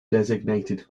designated